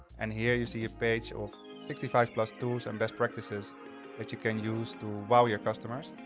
and here you see if page or sixty five plus tools and best practices that you can use to wow your customers.